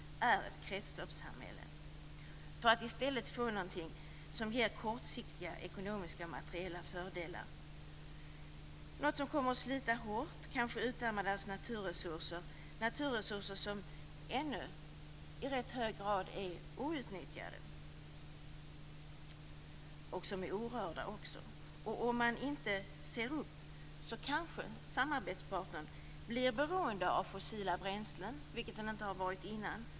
Detta kan komma att sluta hårt, kanske genom att deras naturresurser utarmas, naturresurser som ännu i rätt hög grad är outnyttjade och orörda.